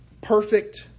perfect